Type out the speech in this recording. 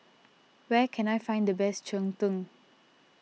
where can I find the best Cheng Tng